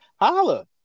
holla